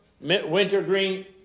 wintergreen